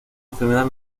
enfermedad